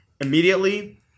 immediately